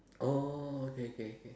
oh okay K K